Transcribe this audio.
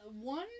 one